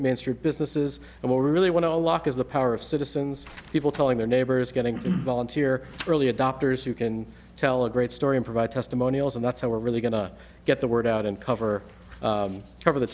main street businesses and what we really want to lock is the power of citizens people telling their neighbors getting volunteer early adopters who can tell a great story and provide testimonials and that's how we're really going to get the word out and cover over the